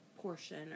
portion